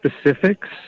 specifics